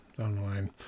online